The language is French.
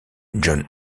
john